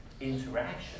interaction